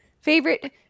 favorite